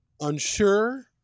unsure